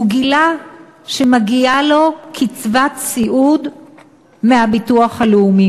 הוא גילה שמגיעה לו קצבת סיעוד מהביטוח הלאומי,